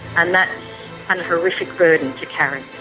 and that's an horrific burden to carry.